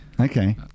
okay